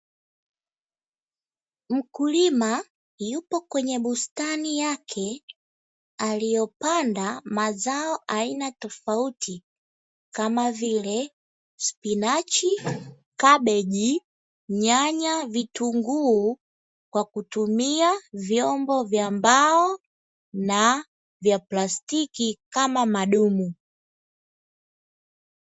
Mkulima yupo kwenye bustani yake aliyopanda mazao aina tofauti kama vile spinachi, kabeji, nyanya, vitunguu kwa kutumia vyombo vya mbao na vya plastiki kama madumu.